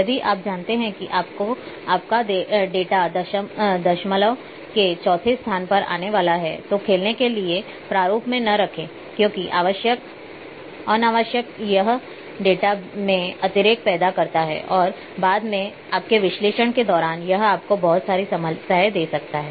यदि आप जानते हैं कि आपका डेटा दशमलव के चौथे स्थान पर आने वाला नहीं है तो खेलने के लिए प्रारूप में न रखें क्योंकि अनावश्यक यह डेटा में अतिरेक पैदा करता है और बाद में आपके विश्लेषण के दौरान यह आपको बहुत सारी समस्याएं दे सकता है